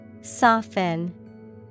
Soften